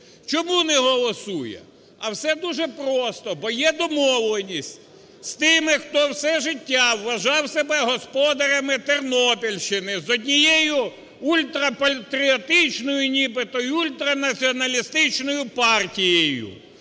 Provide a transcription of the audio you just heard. Чому не голосує? А все дуже просто, бо є домовленість з тими, хто все життя вважав себе господарями Тернопільщини, з однією ультрапатріотичною нібито і ультранаціоналістичною партією,